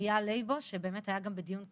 אחיה לייבו שהיה גם בדיון קודם.